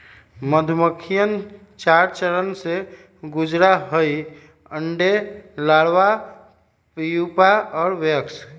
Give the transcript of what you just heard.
मधुमक्खिवन चार चरण से गुजरा हई अंडे, लार्वा, प्यूपा और वयस्क